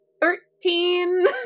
Thirteen